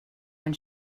when